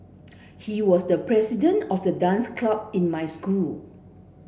he was the president of the dance club in my school